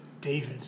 David